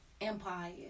Empire